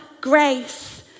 Grace